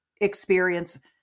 Experience